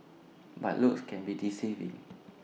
but looks can be deceiving